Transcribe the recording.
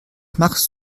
machst